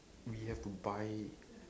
we have to buy